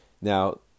Now